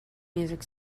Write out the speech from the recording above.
music